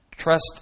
Trust